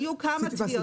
היו כמה תביעות.